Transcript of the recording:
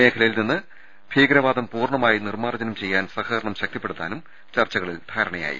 മേഖലയിൽ നിന്ന് ഭീക രവാദം പൂർണമായി നിർമ്മാർജ്ജനം ചെയ്യാൻ സഹകരണം ശക്തി പ്പെടുത്താനും ചർച്ചകളിൽ ധാരണയായി